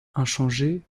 inchangée